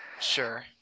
Sure